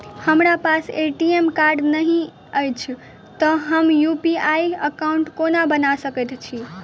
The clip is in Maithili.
हमरा पास ए.टी.एम कार्ड नहि अछि तए हम यु.पी.आई एकॉउन्ट कोना बना सकैत छी